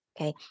Okay